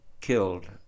killed